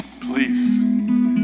please